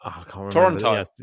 Toronto